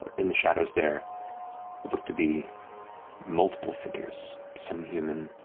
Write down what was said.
in the shadows, there look to be multiple figures, some human,